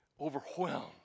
overwhelmed